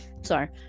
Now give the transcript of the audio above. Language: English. sorry